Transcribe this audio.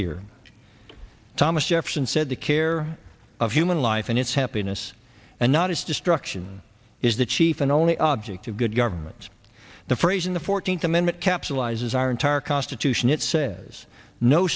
here thomas jefferson said the care of human life and its happiness and not its destruction is the chief and only object of good government the phrase in the fourteenth amendment capsulizes our entire constitution it says no